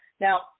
Now